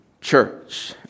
church